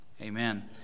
Amen